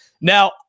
Now